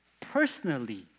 personally